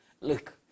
Look